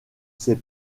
sait